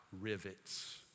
rivets